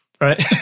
right